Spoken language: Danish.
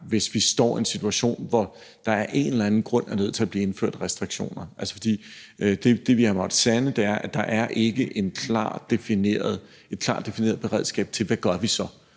hvis vi står i en situation, hvor der af en eller anden grund er nødt til at blive indført restriktioner. For det, vi har måttet sande, er, at der ikke er et klart defineret beredskab i forhold til